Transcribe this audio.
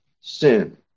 sin